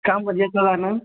काम करिए कल आना